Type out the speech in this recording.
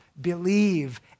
Believe